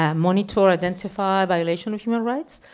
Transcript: um monitor, identify violations of human rights,